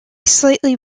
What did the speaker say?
slightly